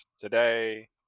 today